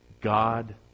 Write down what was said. God